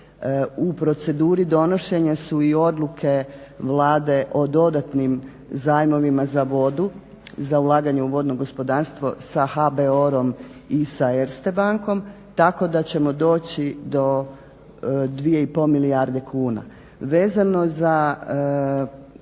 U proceduri donošenja su i odluke Vlade o dodatnim zajmovima za vodu, za ulaganje u vodno gospodarstvo sa EBRD-om i sa Erste bankom, tako da ćemo doći do 2,5 milijarde kuna.